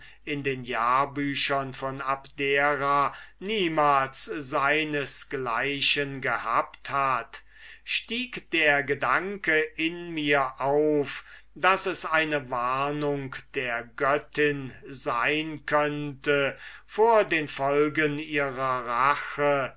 in den jahrbüchern von abdera niemals seines gleichen gehabt hat stieg der gedanke in mir auf daß es eine warnung der göttin sein könnte vor den folgen ihrer rache